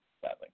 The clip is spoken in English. sadly